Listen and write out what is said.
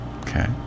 Okay